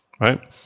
Right